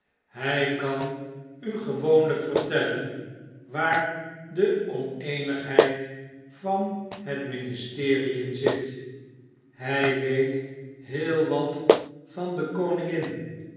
hij kan u gewoonlijk vertellen waar de oneenigheid van het ministerie in zit hjj weet heel wat van de koningin